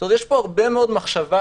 צריך פה הרבה מאוד מחשבה,